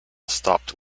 stopped